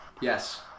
Yes